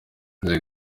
izi